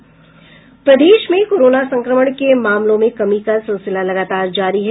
प्रदेश में कोरोना संक्रमण के मामलों में कमी का सिलसिला लगातार जारी है